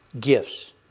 gifts